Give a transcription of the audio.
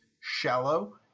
shallow